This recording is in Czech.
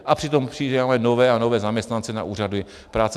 A přitom přibíráme nové a nové zaměstnance na úřady práce.